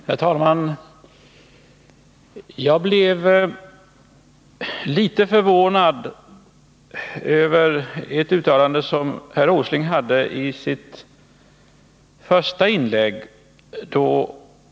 Herr talman! Jag blev litet förvånad över ett uttalande som herr Åsling gjorde i sitt första inlägg.